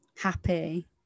happy